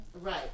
Right